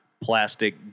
plastic